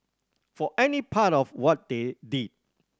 for any part of what they did